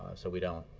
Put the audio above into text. so we don't